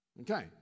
Okay